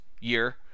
year